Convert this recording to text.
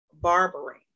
barbering